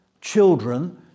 children